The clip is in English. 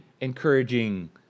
encouraging